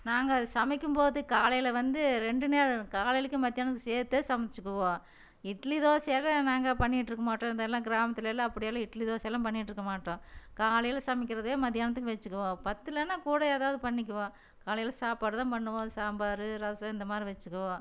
நாங்கள் அது சமைக்கும் போது காலையில் வந்து ரெண்டு நேரம் காலையிலேக்கும் மத்தியானத்துக்கும் சேர்த்தே சமைச்சிக்குவோம் இட்லி தோசை எல்லாம் நாங்கள் பண்ணிக்கிட்டு இருக்க மாட்டோம் இந்த எல்லாம் கிராமத்தில் எல்லாம் அப்படி எல்லாம் இட்லி தோசை எல்லாம் பண்ணிக்கிட்டு இருக்க மாட்டோம் காலையில் சமைக்கிறதையே மத்தியானத்துக்கு வச்சுக்குவோம் பற்றலேன்னா கூட ஏதாவது பண்ணிக்குவோம் காலையில் சாப்பாடு தான் பண்ணுவோம் சாம்பார் ரசம் இந்த மாதிரி வச்சுக்குவோம்